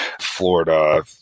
Florida